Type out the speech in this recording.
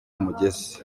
mugeze